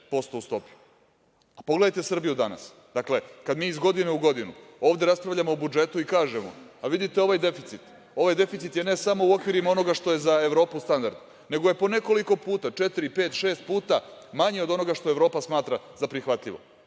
do nekih 26%.Pogledajte Srbiju danas. Kad mi iz godine u godinu ovde raspravljamo o budžetu i kada kažemo - vidite ovaj deficit, ovaj deficit je ne samo u okvirima onoga što je za Evropu standard, nego je po nekoliko puta, četiri, pet, šest puta manji od onoga što Evropa smatra za prihvatljivo,